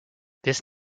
this